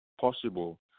possible